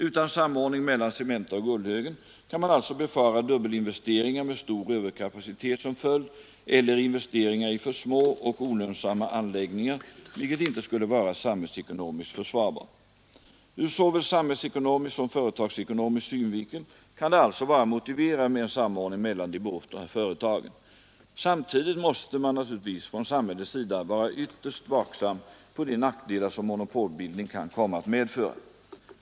Utan samordning mellan Nr 150 Cementa och Gullhögen kan man alltså befara dubbelinvesteringar med Måndagen den stor överkapacitet som följd eller investeringar i för små och olönsamma 10 december 1973 anläggningar, vilket inte skulle vara sam hällsekonomiskt försvarbart. Ur såväl sam hällsekonomisk som företagsekonomisk synvinkel kan det alltså vara motiverat med en samordning mellan de båda företagen. Samtidigt måste man naturligtvis från samhällets sida vara ytterst vaksam mot de nackdelar som monopolbildning kan komma att medföra.